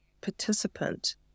participant